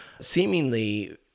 seemingly